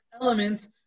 element